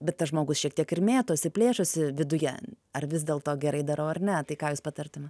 bet tas žmogus šiek tiek ir mėtosi plėšosi viduje ar vis dėlto gerai darau ar ne tai ką jūs patartume